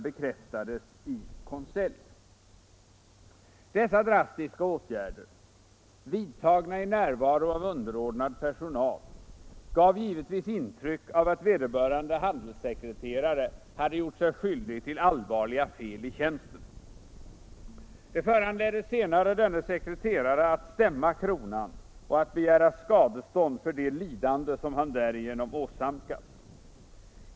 gav givetvis intryck av att vederbörande handelssekreterare hade gjort sig skyldig till allvarliga fel i tjänsten. Det föranledde senare denne sekreterare att stämma kronan och att begära skadestånd för det lidande som han därigenom åsamkats.